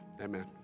Amen